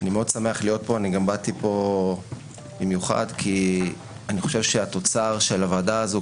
אני מאוד שמח להיות פה ובאתי במיוחד כי אני חושב שהתוצר של הוועדה הזו,